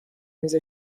میز